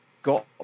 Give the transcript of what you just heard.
got